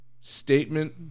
statement